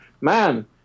Man